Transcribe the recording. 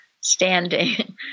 standing